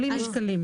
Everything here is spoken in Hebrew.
בלי המשקל.